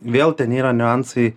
vėl ten yra niuansai